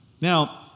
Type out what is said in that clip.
Now